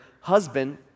husband